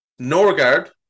Norgard